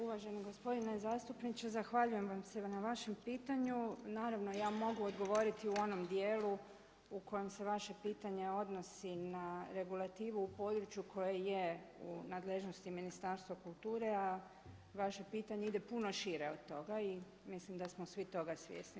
Uvaženi gospodine zastupniče zahvaljujem vam se na vašem pitanju, naravno ja mogu odgovoriti u onom dijelu u kojem se vaše pitanje odnosi na regulativu u području koje je u nadležnosti Ministarstva kulture a vaše pitanje ide puno šire od toga i mislim da smo svi toga svjesni.